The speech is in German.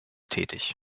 tätig